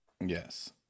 Yes